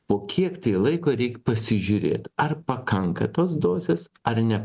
po kiek laiko reik pasižiūrėt ar pakanka tos dozės ar ne